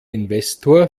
investor